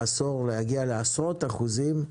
להגיע בעשור לעשרות אחוזים.